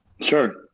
Sure